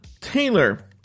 taylor